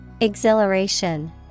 Exhilaration